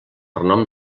renom